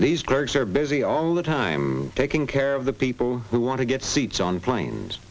these guards are busy all the time taking care of the people who want to get seats on planes